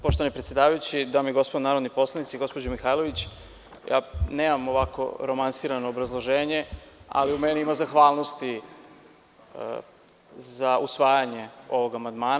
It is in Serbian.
Poštovani predsedavajući, dame i gospodo narodni poslanici, gospođo Mihajlović, ja nemam ovako romansirano obrazloženje, ali u meni ima zahvalnosti za usvajanje ovog amandmana.